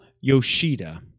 Yoshida